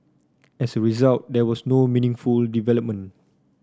as a result there was no meaningful development